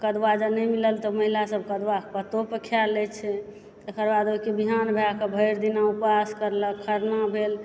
कदुआ जँ नहि मिलल तऽ महिला सभ कदुआ कऽ पत्तो पर खाए लए छै तकर बाद ओहिके विहान भएकऽ भरि दिना उपास करिलक खरना भेल